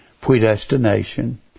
predestination